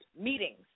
meetings